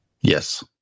Yes